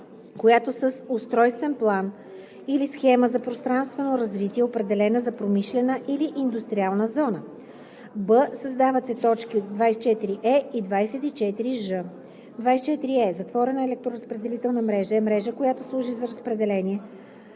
която с устройствен план или схема за пространствено развитие е определена за промишлена или индустриална зона.“; б) създават се т. 24е и 24ж: „24е. „Затворена електроразпределителна мрежа“ е мрежа, която служи за разпределение